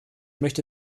möchte